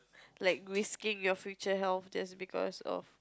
like risking your future health just because of